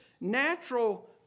natural